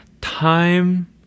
time